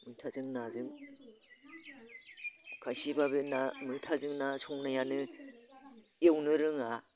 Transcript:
मैथाजों नाजों खायसेब्ला बे ना मैथाजों ना संनायानो एवनो रोङा